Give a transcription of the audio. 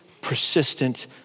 persistent